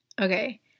okay